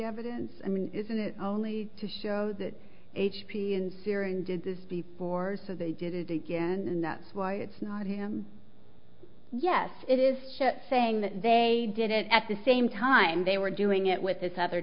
evidence i mean isn't it only to show that h p and steering did this before so they did it again that's why it's not him yes it is saying that they did it at the same time they were doing it with this other